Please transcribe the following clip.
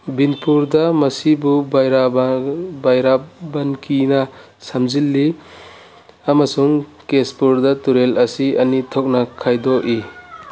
ꯕꯤꯟꯄꯨꯔꯗ ꯃꯁꯤꯕꯨ ꯕꯥꯏꯔꯞꯕꯟꯀꯤꯅ ꯁꯝꯖꯤꯜꯂꯤ ꯑꯃꯁꯨꯡ ꯀꯦꯁꯄꯨꯔꯗ ꯇꯨꯔꯦꯜ ꯑꯁꯤ ꯑꯅꯤ ꯊꯣꯛꯅ ꯈꯥꯏꯗꯣꯛꯏ